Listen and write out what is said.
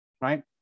right